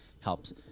helps